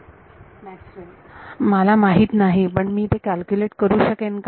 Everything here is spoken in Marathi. विद्यार्थी मॅक्सवेल मला ते माहीत नाही पण मी हे कॅल्क्युलेट करू शकेन का